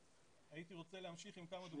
הייתי רוצה להמשיך עם כמה דוגמאות.